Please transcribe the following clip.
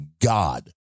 God